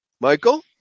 Michael